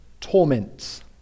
torments